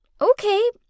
okay